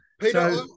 Peter